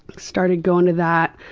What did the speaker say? started going to that.